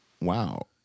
Wow